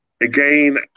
again